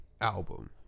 Album